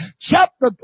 chapter